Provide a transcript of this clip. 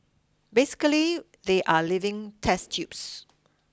basically they are living test tubes